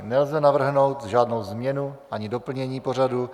Nelze navrhnout žádnou změnu ani doplnění pořadu.